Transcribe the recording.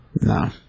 No